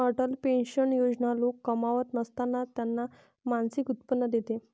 Atal pension योजना लोक कमावत नसताना त्यांना मासिक उत्पन्न देते